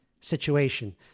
situation